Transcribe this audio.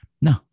no